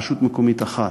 ברשות מקומית אחת.